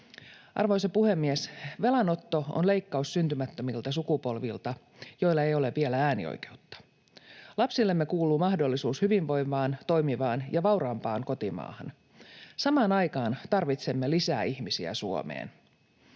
Arvoisa puhemies! Velanotto on leikkaus syntymättömiltä sukupolvilta, joilla ei ole vielä äänioikeutta. Lapsillemme kuuluu mahdollisuus hyvinvoivaan, toimivaan ja vauraampaan kotimaahan. Samaan aikaan tarvitsemme lisää ihmisiä Suomeen.